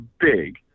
big